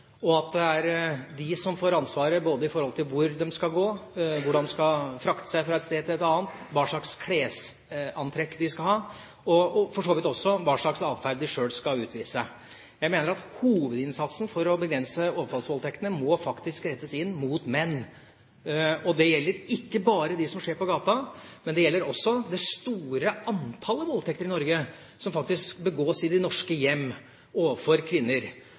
og at det er de som får ansvaret både i forhold til hvor de skal gå, hvordan de skal flytte seg fra et sted til et annet, hva slags klesantrekk de skal ha på, og for så vidt også hva slags atferd de sjøl skal utvise. Jeg mener at hovedinnsatsen for å begrense overfallsvoldtektene må rettes inn mot menn. Det gjelder ikke bare det som skjer på gata, men det gjelder også det store antallet voldtekter i Norge som faktisk begås mot kvinner i de norske hjem.